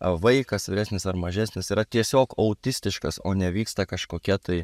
vaikas vyresnis ar mažesnis yra tiesiog autistiškas o ne vyksta kažkokia tai